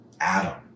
Adam